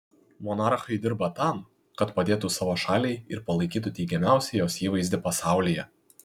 monarchai dirba tam kad padėtų savo šaliai ir palaikytų teigiamiausią jos įvaizdį pasaulyje